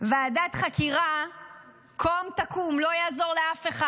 ועדת חקירה קום תקום, לא יעזור לאף אחד.